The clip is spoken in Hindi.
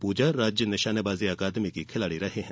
पूजा राज्य निशानेबाजी अकादमी की खिलाड़ी रही हैं